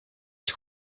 qui